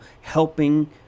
helping